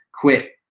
quit